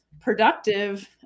productive